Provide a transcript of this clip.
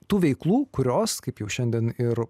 tų veiklų kurios kaip jau šiandien ir